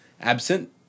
absent